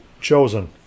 chosen